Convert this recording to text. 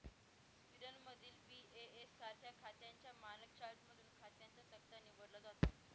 स्वीडनमधील बी.ए.एस सारख्या खात्यांच्या मानक चार्टमधून खात्यांचा तक्ता निवडला जातो